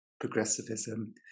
progressivism